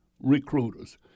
recruiters